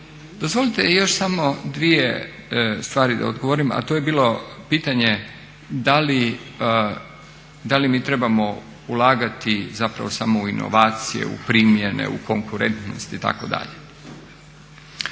Dozvolite još samo dvije stvari da odgovorim, a to je bilo pitanje da li mi trebamo ulagati zapravo samo u inovacije, u primjene, u konkurentnost itd. To je